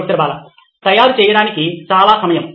professor Bala తయారు చేయడానికి చాలా సమయం